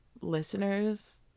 listeners